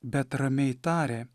bet ramiai tarė